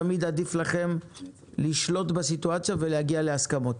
תמיד עדיף לכם לשלוט בסיטואציה ולהגיע להסכמות.